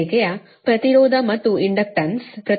ರೇಖೆಯ ಪ್ರತಿರೋಧ ಮತ್ತು ಇಂಡಕ್ಟನ್ಸ್ ಪ್ರತಿ ಕಿಲೋಮೀಟರಿಗೆ 0